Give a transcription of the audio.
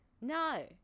no